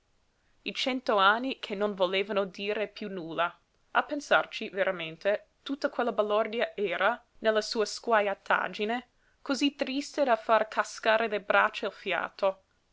i cento anni che non volevano dire piú nulla a pensarci veramente tutta quella baldoria era nella sua sguajataggine cosí triste da far cascare le braccia e il fiato